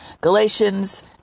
Galatians